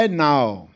now